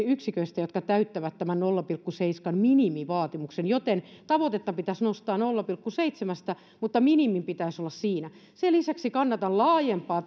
yksiköistä täyttää tämän nolla pilkku seitsemän minimivaatimuksen joten tavoitetta pitäisi nostaa nolla pilkku seitsemästä mutta minimin pitäisi olla siinä sen lisäksi kannatan laajempaa